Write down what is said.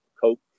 Coke